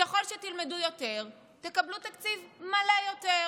ככל שתלמדו יותר, תקבלו תקציב מלא יותר,